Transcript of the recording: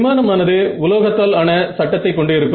விமானமானது உலோகத்தால் ஆன சட்டத்தை கொண்டு இருக்கும்